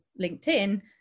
LinkedIn